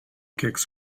kicks